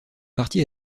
partis